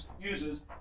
uses